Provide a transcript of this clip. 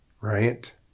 right